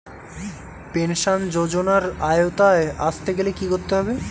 Pension যজোনার আওতায় আসতে গেলে কি করতে হবে?